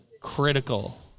critical